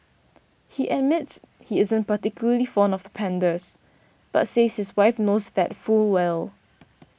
he admits he isn't particularly fond of pandas but says his wife knows that full well